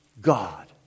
God